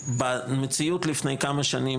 במציאות לפני כמה שנים,